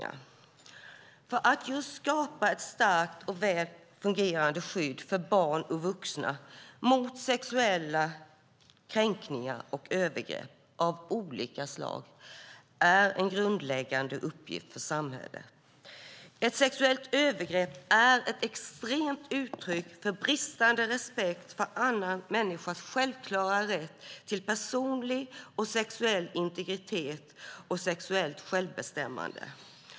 Det är en grundläggande uppgift för samhället att skapa ett starkt och väl fungerande skydd för barn och vuxna mot sexuella kränkningar och övergrepp av olika slag. Ett sexuellt övergrepp är ett extremt uttryck för bristande respekt för en annan människas självklara rätt till personlig och sexuell integritet och sexuellt självbestämmande.